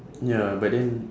ya but then